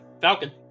falcon